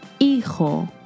Hijo